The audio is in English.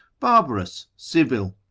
barbarous, civil,